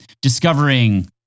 discovering